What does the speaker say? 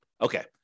Okay